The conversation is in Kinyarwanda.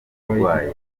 uburwayi